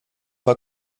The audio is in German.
war